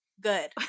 good